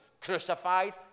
crucified